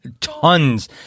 tons